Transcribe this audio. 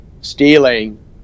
stealing